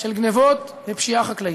של גנבות ופשיעה חקלאית.